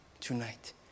tonight